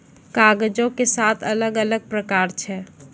कागजो के सात अलग अलग प्रकार छै